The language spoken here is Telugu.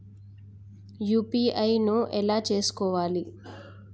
యూ.పీ.ఐ ను ఎలా చేస్కోవాలి?